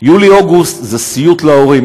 יולי-אוגוסט זה סיוט להורים.